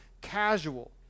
casual